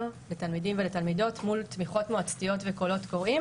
לתלמידים ולתלמידות מול תמיכות מועצתיות וקולות קוראים